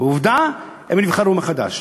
ועובדה, הם נבחרו מחדש.